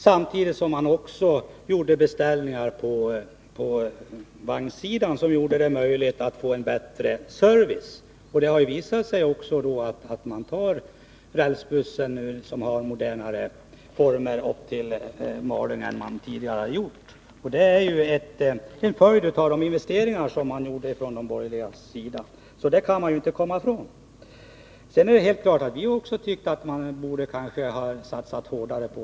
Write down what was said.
Samtidigt gjorde man beställningar på vagnssidan som möjliggjorde en bättre service. Det har nu också visat sig att folk i större utsträckning än tidigare tar den moderna rälsbussen upp till Malung. Det är en följd av de investeringar som de borgerliga regeringarna gjorde. Det kan man inte komma ifrån. Sedan är det helt klart att vi också tycker att man här borde ha satsat hårdare.